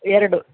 ಎರಡು